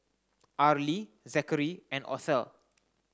Arlie Zakary and Othel